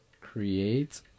Create